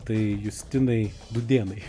tai justinai dūdėnai